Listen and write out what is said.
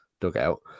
dugout